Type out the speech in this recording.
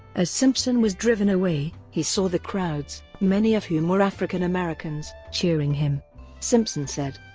as simpson was driven away, he saw the crowds, many of whom were african americans, cheering him simpson said,